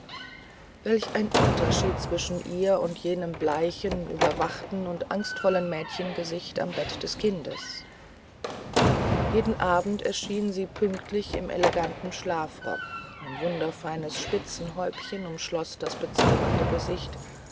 welch ein unterschied zwischen ihr und jenem bleichen überwachten und angstvollen mädchengesicht am bett des kindes jeden abend erschien sie pünktlich in elegantem schlafrock ein wunderfeines spitzenhäubchen umschloß das bezaubernde gesicht